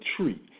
tree